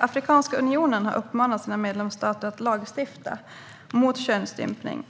Afrikanska unionen har uppmanat sina medlemsstater att lagstifta mot könsstympning.